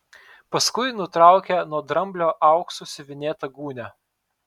paskui nutraukė nuo dramblio auksu siuvinėtą gūnią